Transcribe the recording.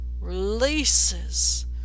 releases